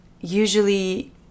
usually